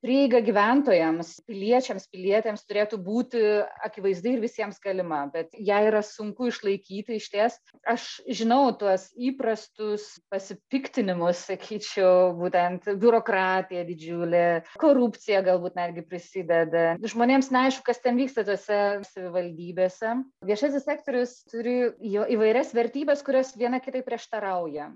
prieiga gyventojams piliečiams pilietėms turėtų būti akivaizdi ir visiems galima bet ją yra sunku išlaikyti išties aš žinau tuos įprastus pasipiktinimus sakyčiau būtent biurokratija didžiulė korupcija galbūt netgi prisideda žmonėms neaišku kas ten vyksta tose savivaldybėse viešasis sektorius turi jo įvairias vertybes kurios viena kitai prieštarauja